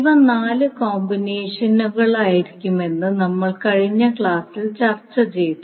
ഇവ 4 കോമ്പിനേഷനുകളായിരിക്കുമെന്ന് നമ്മൾ കഴിഞ്ഞ ക്ലാസിൽ ചർച്ച ചെയ്തു